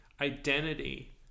identity